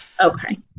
okay